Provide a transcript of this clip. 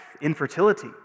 infertility